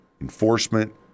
enforcement